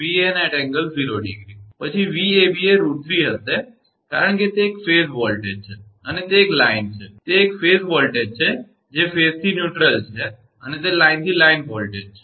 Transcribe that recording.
પછી 𝑉𝑎𝑏 એ √3 હશે કારણ કે તે એક ફેઝ વોલ્ટેજ છે તે એક લાઇન છે તે એક ફેઝ વોલ્ટેજ છે જે ફેઝથી ન્યુટ્રલ છે અને તે લાઇનથી લાઇન વોલ્ટેજ છે